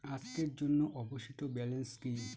আজকের জন্য অবশিষ্ট ব্যালেন্স কি?